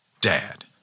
Dad